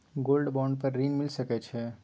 Gold bond पर ऋण मिल सके छै?